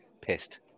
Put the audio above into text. pissed